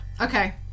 Okay